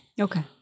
Okay